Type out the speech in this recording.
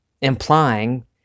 implying